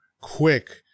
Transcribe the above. quick